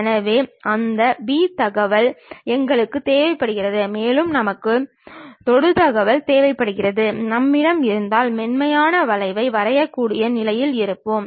எனவே அந்த பி தகவல் எங்களுக்குத் தேவைப்படுகிறது மேலும் நமக்குத் தொடு தகவல் தேவைப்படுகிறது நம்மிடம் இருந்தால் மென்மையான வளைவை வரையக்கூடிய நிலையில் இருப்போம்